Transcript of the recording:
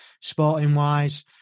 sporting-wise